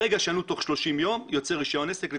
ברגע שיענו תוך 30 ימים, יוצא רישיון עסק.